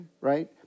Right